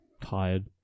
Tired